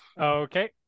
Okay